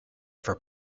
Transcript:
for